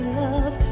love